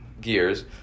gears